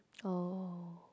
oh